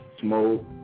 smoke